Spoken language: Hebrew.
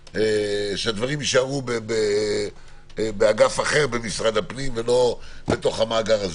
שהדברים יישארו באגף אחר במשרד הפנים ולא בתוך המאגר הזה.